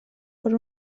per